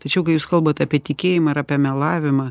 tačiau kai jūs kalbat apie tikėjimą ar apie melavimą